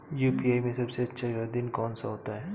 UPI में सबसे अच्छा आवेदन कौन सा होता है?